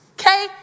okay